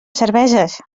cerveses